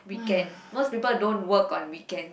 weekend most people don't work on weekends